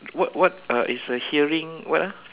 what what uh it's a hearing what ah